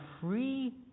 free